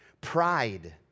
Pride